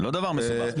זה לא דבר מסובך.